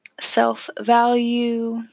self-value